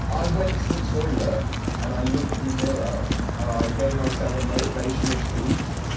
i went to the toilet and i looked in the mirror and i gave myself a motivational speech